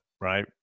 right